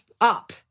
up